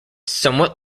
somewhat